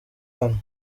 hano